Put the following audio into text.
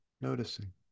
noticing